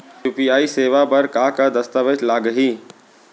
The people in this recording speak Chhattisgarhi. यू.पी.आई सेवा बर का का दस्तावेज लागही?